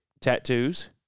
tattoos